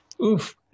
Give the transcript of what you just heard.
Oof